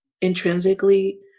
intrinsically